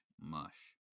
mush